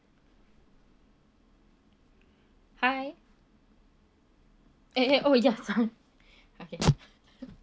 hi eh eh oh ya sorry okay